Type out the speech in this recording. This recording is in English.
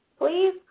please